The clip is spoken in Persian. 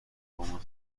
وام